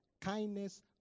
kindness